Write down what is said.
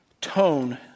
tone